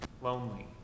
lonely